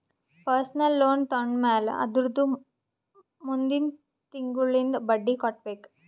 personal loan ತೊಂಡಮ್ಯಾಲ್ ಅದುರ್ದ ಮುಂದಿಂದ್ ತಿಂಗುಳ್ಲಿಂದ್ ಬಡ್ಡಿ ಕಟ್ಬೇಕ್